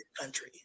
country